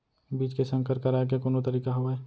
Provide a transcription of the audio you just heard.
बीज के संकर कराय के कोनो तरीका हावय?